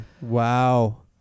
Wow